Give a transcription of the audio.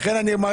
לכן בגלל